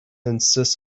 insist